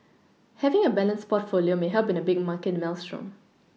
having a balanced portfolio may help in a big market maelstrom